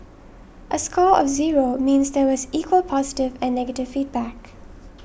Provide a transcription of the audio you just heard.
a score of zero means there was equal positive and negative feedback